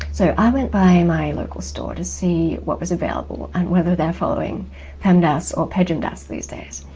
so i went by my local store to see what was available, and whether they're following pemdas or pejmdas these days.